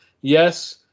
yes